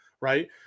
right